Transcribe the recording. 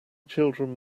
children